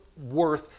worth